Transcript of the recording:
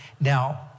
Now